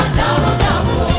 double-double